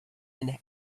and